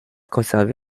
conservé